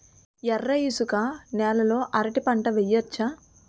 ఎర్ర ఇసుక నేల లో అరటి పంట వెయ్యచ్చా?